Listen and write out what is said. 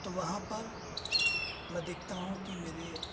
तो वहाँ पर मैं देखता हूँ कि मेरे